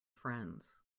friends